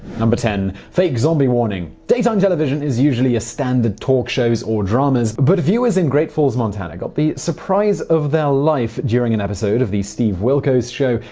um but ten. fake zombie warning daytime television is usually your standard talk shows or dramas, but viewers in great falls, montana got the surprise of their life during an episode of the steve wilkos show,